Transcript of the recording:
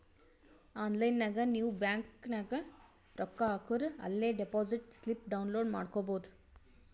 online ನಾಗ್ ನೀವ್ bank ನಾಗ್ ರೊಕ್ಕಾ ಹಾಕೂರ ಅಲೇ ಡೆಪೋಸಿಟ್ ಸ್ಲಿಪ್ ಡೌನ್ಲೋಡ್ ಮಾಡ್ಕೊಬೋದು